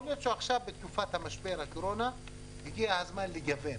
יכול להיות שעכשיו בתקופת משבר הקורונה הגיע הזמן לגוון